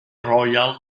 royal